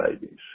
babies